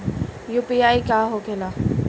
UPI का होखेला?